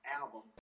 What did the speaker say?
album